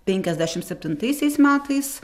penkiasdešim septintaisiais metais